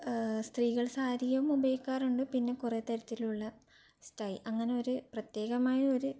സ്ത്രീകൾ സാരിയും ഉപയോഗിക്കാറുണ്ട് പിന്നെ കുറെ തരത്തിലുള്ള സ്റ്റൈ അങ്ങനെ ഒരു പ്രത്യേകമായ ഒരു